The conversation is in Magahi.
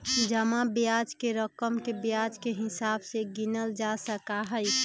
जमा ब्याज के रकम के ब्याज के हिसाब से गिनल जा सका हई